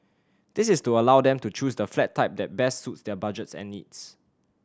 this is to allow them to choose the flat type that best suits their budgets and needs